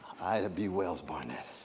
ida b. wells-barnett.